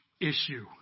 issue